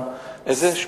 מאז הרצח